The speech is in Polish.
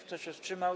Kto się wstrzymał?